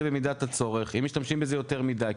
במידת הצורך או שמשתמשים בזה יותר מידי.